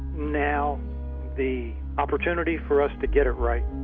now the opportunity for us to get it right